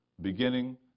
beginning